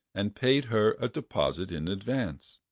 and paid her a deposit in advance.